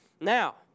Now